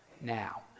now